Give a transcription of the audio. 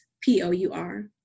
P-O-U-R